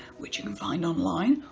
which you can find online.